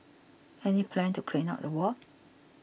any plan to clean up the ward